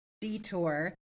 detour